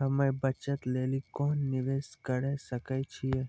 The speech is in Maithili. हम्मय बचत लेली कोंन निवेश करें सकय छियै?